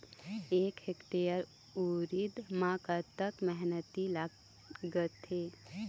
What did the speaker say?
एक हेक्टेयर उरीद म कतक मेहनती लागथे?